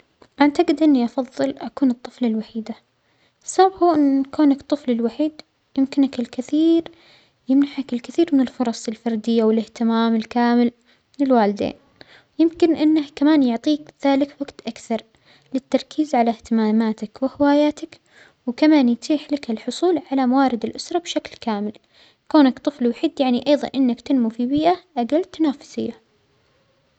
أعتجد إنى أفظل أكون الطفلة الوحيدة، السبب هو أن كونك الطفل الوحيد يمكنك الكثير-يمنحك الكثير من الفرص الفردية والإهتمام الكامل من الوالدين، يمكن أنه كمان يعطيك سالف وجت أكثر للتركيز على إهتماماتك وهواياتك، وكمان يتيح لك الحصول على موارد الأسرة بشكل كامل، كونكطفل وحيد يعنى أيظا أنك تنمو في بيئة أجل تنافسية.